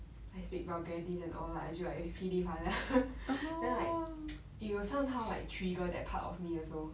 I speak vulgarities and all lah then like it will somehow like trigger that part of me also